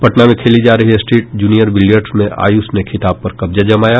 पटना में खेली जा रही स्टेट जूनियर बिलियर्ड्स में आयुष ने खिताब पर कब्जा जमाया